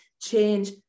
change